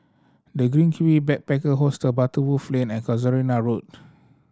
The Green Kiwi Backpacker Hostel Butterworth Lane and Casuarina Road